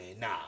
nah